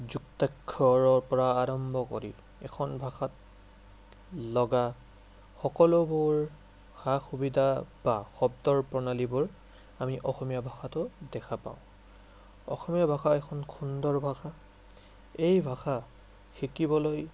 যুক্তাক্ষৰৰপৰা আৰম্ভ কৰি এখন ভাষাত লগা সকলোবোৰ সা সুবিধা বা শব্দৰ প্ৰণালীবোৰ আমি অসমীয়া ভাষাতো দেখা পাওঁ অসমীয়া ভাষা এখন সুন্দৰ ভাষা এই ভাষা শিকিবলৈ